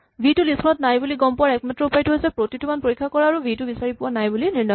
V টো list ত নাই বুলি গম পোৱাৰ একমাত্ৰ উপায়টো হৈছে প্ৰতিটো মান পৰীক্ষা কৰা আৰু ভি টো বিচাৰি পোৱা নাই বুলি নিৰ্ণয় কৰা